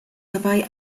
dabei